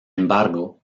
embargo